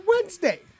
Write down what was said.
Wednesday